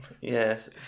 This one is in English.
Yes